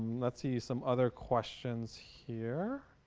nazi some other questions here